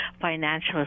financial